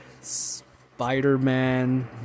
spider-man